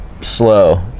slow